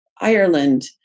Ireland